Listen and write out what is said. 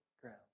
ground